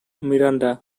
miranda